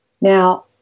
now